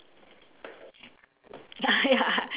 ya ya